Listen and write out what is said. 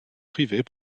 privées